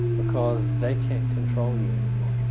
because they can't control you anymore.